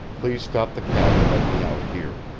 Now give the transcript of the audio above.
please stop the cab and let me out here.